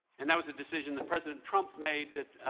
and that was the decision that president trump made that,